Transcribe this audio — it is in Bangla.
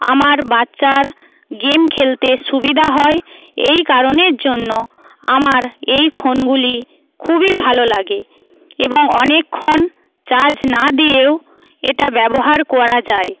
আমার বাচ্চার গেম খেলতে সুবিধা হয় এই কারণের জন্য আমার এই ফোনগুলি খুবই ভালো লাগে এবং অনেকক্ষণ চার্জ না দিয়েও এটা ব্যবহার করা যায়